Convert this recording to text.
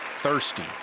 thirsty